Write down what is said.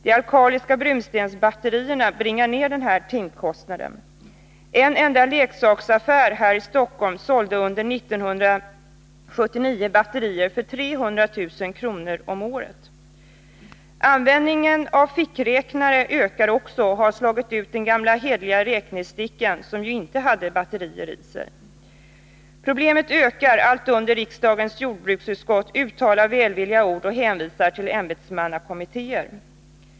De alkaliska brunstensbatterierna bringar ner denna timkostnad. En enda leksaksaffär här i Stockholm sålde under 1979 batterier för 300 000 kr. Användningen av fickräknare ökar också. Fickräknarna har slagit ut den gamla hederliga räknestickan, som inte hade batterier i sig. Problemet ökar, allt under det att riksdagens jordbruksutskott uttalar välvilliga ord och hänvisar till ämbetsmannakommittéer.